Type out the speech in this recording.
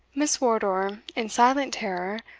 miss wardour, in silent terror,